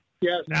Yes